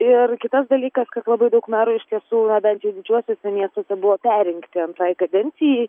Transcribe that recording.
ir kitas dalykas kad labai daug merų iš tiesų na bent jau didžiuosiuose miestuose buvo perrinkti antrai kadencijai